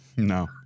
No